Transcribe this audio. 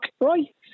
right